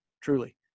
Truly